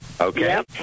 Okay